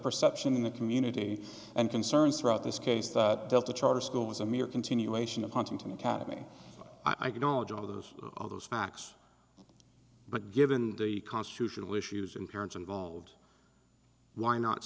perception in the community and concerns throughout this case that delta charter school was a mere continuation of huntington academy i don't know joe there's all those facts but given the constitutional issues and parents involved why not